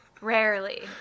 Rarely